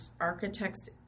architects